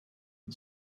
and